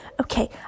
Okay